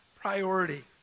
priority